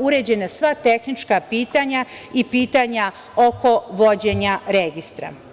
uređena sva tehnička pitanja i pitanja oko vođenja registra.